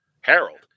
Harold